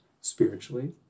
spiritually